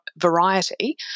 variety